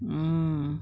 mm